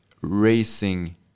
racing